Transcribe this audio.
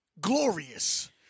glorious